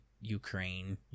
Ukraine